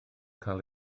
cael